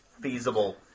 feasible